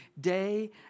day